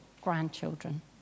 grandchildren